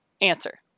Answer